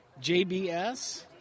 JBS